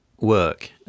work